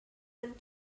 and